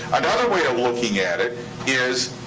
another way of looking at it is.